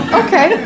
okay